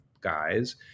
guys